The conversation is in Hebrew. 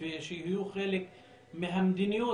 ושיהיו חלק מהמדיניות,